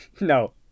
No